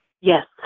Yes